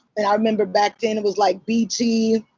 and i remember back then it was like bt,